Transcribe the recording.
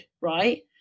right